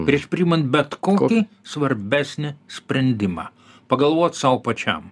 prieš priimant bet kokį svarbesnį sprendimą pagalvot sau pačiam